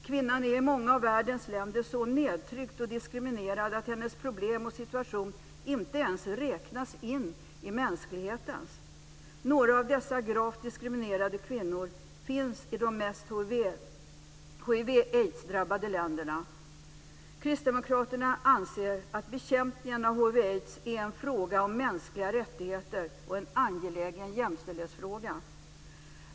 Kvinnan är i många av världens länder så nedtryckt och diskriminerad att hennes problem och situation inte ens räknas in i mänsklighetens. Några av dessa gravt diskriminerade kvinnor finns i de mest hiv aids är en fråga om mänskliga rättigheter och en angelägen jämställdhetsfråga.